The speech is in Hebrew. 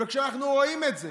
ואנחנו רואים את זה